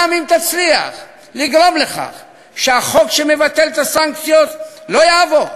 גם אם תצליח לגרום לכך שהחוק שמבטל את הסנקציות לא יעבור,